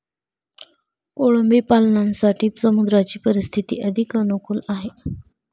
कोळंबी पालनासाठी समुद्राची परिस्थिती अधिक अनुकूल आहे